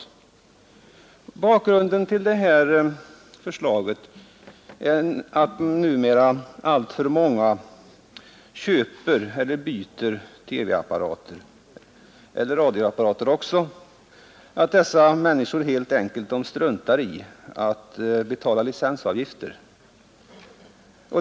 Bakgrunden till det här förslaget är att numera alltför många av dem som köper eller byter TV eller radioapparater helt enkelt struntar i att betala licensavgifter.